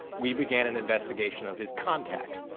we began an investigation of his contact,